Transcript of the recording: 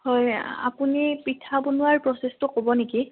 হয় আপুনি পিঠা বনোৱাৰ প্ৰচেছটো ক'ব নেকি